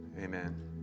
Amen